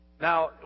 Now